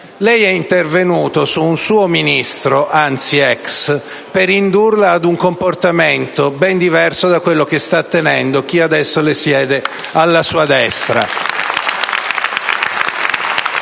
lei è intervenuto su un suo Ministro, ormai ex, per indurla ad un comportamento ben diverso da quello che sta tenendo chi adesso siede alla sua destra.